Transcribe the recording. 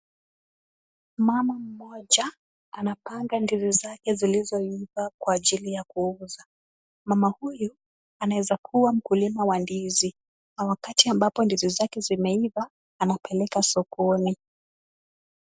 Mama mmoja anapanga ndizi zake zilizoiva kwa ajili ya kuuza. Mama huyu anaeza kuwa mkulima wa ndizi na wakati ndizi zake zinaweza kuwa zimeiva anapeleka sokoni.